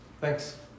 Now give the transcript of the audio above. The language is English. Thanks